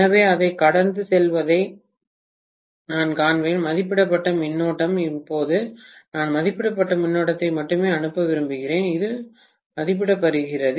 எனவே அதை கடந்து செல்வதை நான் காண்பேன் மதிப்பிடப்பட்ட மின்னோட்டம் இப்போது நான் மதிப்பிடப்பட்ட மின்னோட்டத்தை மட்டுமே அனுப்ப விரும்புகிறேன் இது மதிப்பிடப்படுகிறது